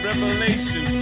Revelation